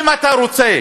אם אתה רוצה,